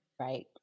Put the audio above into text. right